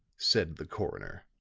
said the coroner.